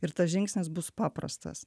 ir tas žingsnis bus paprastas